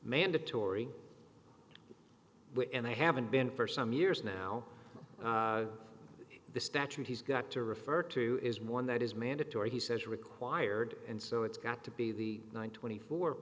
mandatory and i haven't been for some years now the statute he's got to refer to is one that is mandatory he says required and so it's got to be the one twenty four